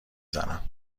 زنم